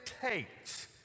takes